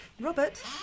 Robert